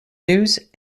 news